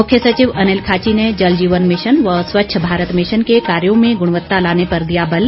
मुख्य सचिव अनिल खाची ने जल जीवन मिशन व स्वच्छ भारत मिशन के कार्यों में गुणवत्ता लाने पर दिया बल